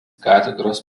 katedros